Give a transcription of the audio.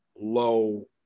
low